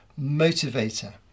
motivator